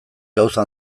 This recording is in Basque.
gauza